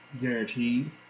guaranteed